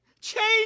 change